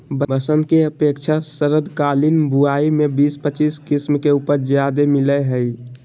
बसंत के अपेक्षा शरदकालीन बुवाई में बीस पच्चीस किस्म के उपज ज्यादे मिलय हइ